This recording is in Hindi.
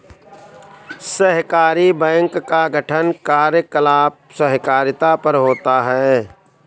सहकारी बैंक का गठन कार्यकलाप सहकारिता पर होता है